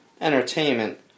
Entertainment